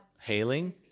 hailing